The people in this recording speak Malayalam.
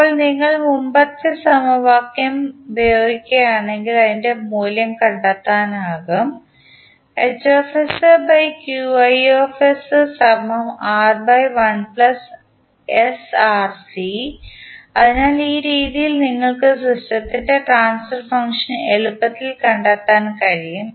ഇപ്പോൾ നിങ്ങൾ മുമ്പത്തെ സമവാക്യം ഉപയോഗിക്കുകയാണെങ്കിൽ അതിൻറെ മൂല്യം കണ്ടെത്താനാകും അതിനാൽ ഈ രീതിയിൽ നിങ്ങൾക്ക് സിസ്റ്റത്തിൻറെ ട്രാൻസ്ഫർ ഫംഗ്ഷൻ എളുപ്പത്തിൽ കണ്ടെത്താൻ കഴിയും